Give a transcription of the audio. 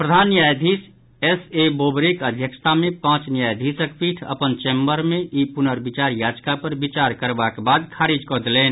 प्रधान न्यायाधीश S A बोबड़ेक अध्यक्षता मे पांच न्यायाधीशक पीठ अपन चैम्बर मे ई पुनर्विचार याचिका पर विचार करबाक बाद खारिज कऽ देलनि